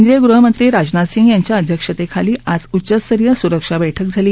केंद्रीय गृहमंत्री राजनाथ सिंग यांच्या अध्यक्षतेखाली आज उच्चस्तरीय सुरक्षा बैठक झाली